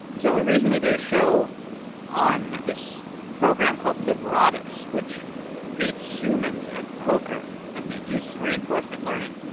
so we recently did a show on this program called libratus, which beats humans at poker and uses reinforcement learning.